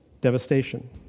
devastation